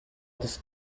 this